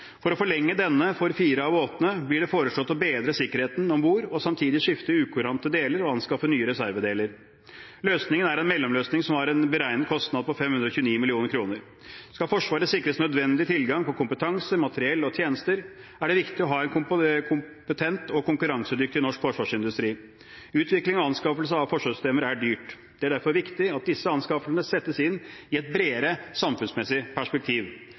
For å forlenge denne for fire av båtene blir det foreslått å bedre sikkerheten om bord og samtidig skifte ut ukurante deler og anskaffe nye reservedeler. Løsningen er en mellomløsning som har en beregnet kostnad på 529 mill. kr. Skal Forsvaret sikres nødvendig tilgang på kompetanse, materiell og tjenester, er det viktig å ha en kompetent og konkurransedyktig norsk forsvarsindustri. Utvikling og anskaffelse av forsvarssystemer er dyrt. Det er derfor viktig at disse anskaffelsene settes inn i et bredere samfunnsmessig perspektiv.